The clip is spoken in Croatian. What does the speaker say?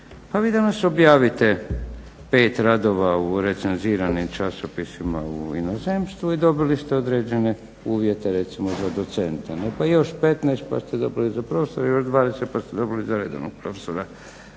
pa vi danas objavite 5 rada u recenziranim časopisima u inozemstvu i dobili ste određene uvjete recimo za docenta, pa još 15 pa ste dobili za profesore. Još 20 pa ste dobili za redovnog profesora.